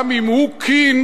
גם אם הוא king,